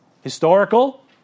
historical